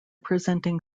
presenting